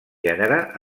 gènere